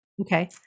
Okay